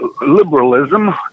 Liberalism